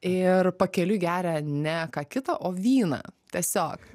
ir pakeliui geria ne ką kitą o vyną tiesiog